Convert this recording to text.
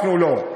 אנחנו לא.